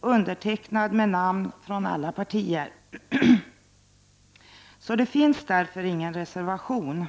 undertecknad med namn från alla partier. Det finns därför ingen reservation.